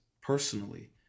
personally